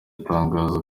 tangazo